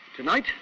Tonight